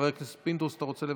חבר הכנסת פינדרוס, אתה רוצה לברך?